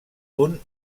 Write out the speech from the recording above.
punt